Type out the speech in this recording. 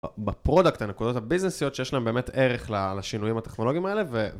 בפרודקט הנקודות הביזנסיות שיש להם באמת ערך לשינויים הטכנולוגיים האלה.